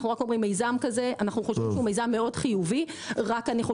אנחנו רק אומרים שמיזם שכזה הוא חיובי רק שהוא